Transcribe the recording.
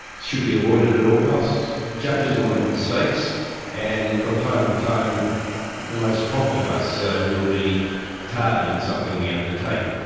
should be avoided at all costs. judges will make mistakes and from time to time the most prompt of us ah will be tardy in something we undertake.